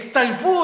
הצטלבות